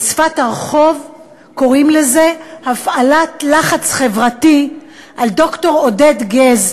בשפת הרחוב קוראים לזה הפעלת לחץ חברתי על ד"ר עודד גז.